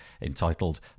entitled